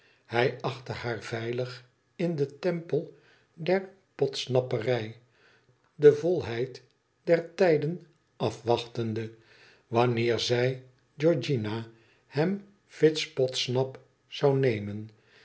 hij achtte haar veilig in den tempel der podsnapperij de volheid der tijden afwachtende wanneer zij georgiana hem fitz podsnap zou nemen